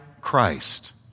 Christ